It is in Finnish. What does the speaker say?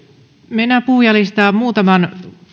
mennään puhujalistaan muutaman